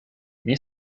nie